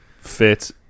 fit